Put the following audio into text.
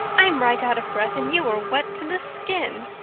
i'm right out of breath and you are wet to the skin.